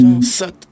suck